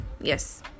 yes